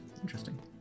interesting